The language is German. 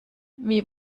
wie